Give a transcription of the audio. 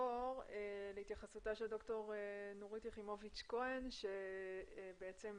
נעבור להתייחסותה של ד"ר נורית יכימביץ' כהן ממרכז